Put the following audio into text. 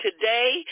today